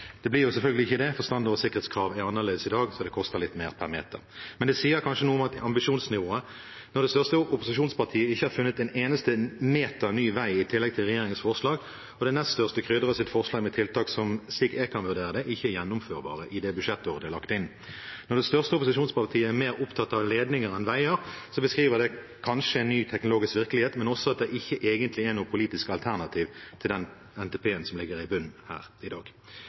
Det blir jo selvfølgelig ikke det, for standarden og sikkerhetskravene er annerledes i dag, så det koster litt mer per meter. Men det sier kanskje noe om ambisjonsnivået når det største opposisjonspartiet ikke har funnet en eneste meter ny vei i tillegg til regjeringens forslag, og det nest største krydrer sitt forslag med tiltak som, slik jeg vurderer dem, ikke er gjennomførbare i det budsjettåret de er lagt inn. Når det største opposisjonspartiet er mer opptatt av ledninger enn veier, beskriver det kanskje en ny teknologisk virkelighet, men også at det egentlig ikke er noe politisk alternativ til den NTP-en som ligger i bunnen her i dag.